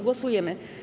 Głosujemy.